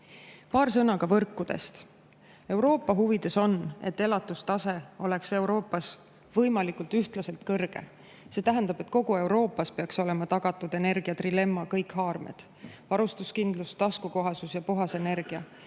üks. Paar sõna ka võrkudest. Euroopa huvides on, et elatustase oleks Euroopas ühtlaselt võimalikult kõrge. See tähendab, et kogu Euroopas peaks olema tagatud energia trilemma kõik haarad: varustuskindlus, taskukohasus ja puhas energia.